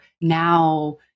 now